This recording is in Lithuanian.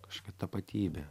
kašokia tapatybė